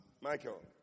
Michael